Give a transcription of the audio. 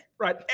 Right